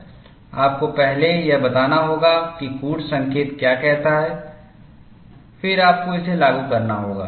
आपको पहले यह बताना होगा कि कूट संकेत क्या कहते हैं फिर आपको इसे लागू करना होगा